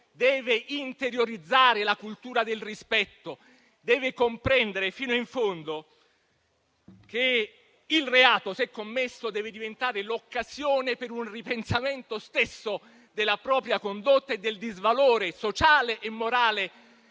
però interiorizzare la cultura del rispetto, deve comprendere fino in fondo che il reato, se commesso, deve diventare l'occasione per un ripensamento stesso della propria condotta e del disvalore sociale e morale